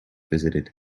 visited